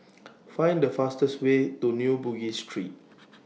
Find The fastest Way to New Bugis Street